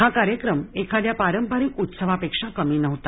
हा कार्यक्रम एखाद्या पारंपरिक उत्सवापेक्षा कमी नव्हता